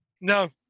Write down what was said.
No